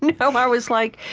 and um i was like,